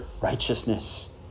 righteousness